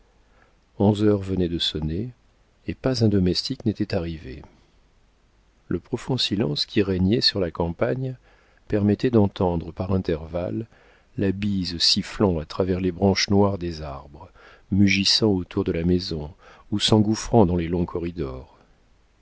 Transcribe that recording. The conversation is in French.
onze heures venaient de sonner et pas un domestique n'était arrivé le profond silence qui régnait sur la campagne permettait d'entendre par intervalles la bise sifflant à travers les branches noires des arbres mugissant autour de la maison ou s'engouffrant dans les longs corridors